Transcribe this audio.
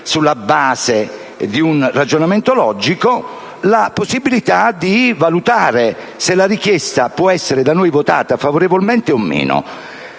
sulla base di un ragionamento logico, la possibilità di valutare se la richiesta può essere da noi votata favorevolmente o meno.